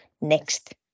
next